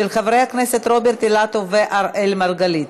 של חברי הכנסת רוברט אילטוב ואראל מרגלית.